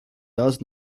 does